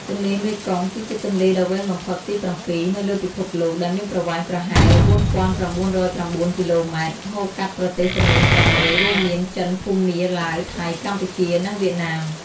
ទន្លេមេគង្គ គឺជាទន្លេដ៏វែងបំផុតទី៧ នៅលើពិភពលោក ដែលមានប្រវែងប្រហែល ៤,៩០៩ គីឡូម៉ែត្រ ហូរកាត់ប្រទេសចំនួន៦ រួមមាន ចិន ភូមា ឡាវ ថៃ កម្ពុជា និងវៀតណាម។